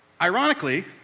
Ironically